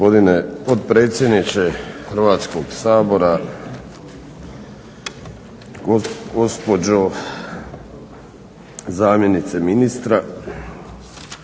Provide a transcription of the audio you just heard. potpredsjedniče Hrvatskog sabora, gospođo zamjenice ministra,